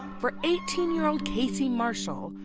for eighteen year old casey marshall,